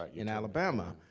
ah in alabama.